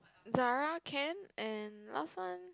Zara can and last one